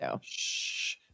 Shh